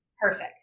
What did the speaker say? Perfect